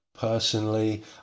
Personally